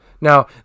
Now